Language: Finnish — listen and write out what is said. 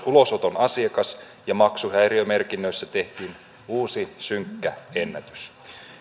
ulosoton asiakas ja maksuhäiriömerkinnöissä tehtiin uusi synkkä ennätys